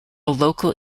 local